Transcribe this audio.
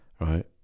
right